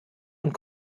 und